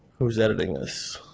who's editing this?